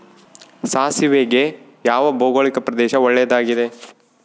ಸಾಸಿವೆಗೆ ಯಾವ ಭೌಗೋಳಿಕ ಪ್ರದೇಶ ಒಳ್ಳೆಯದಾಗಿದೆ?